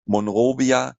monrovia